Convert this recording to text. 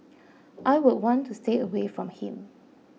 I would want to stay away from him